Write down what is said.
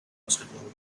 basketball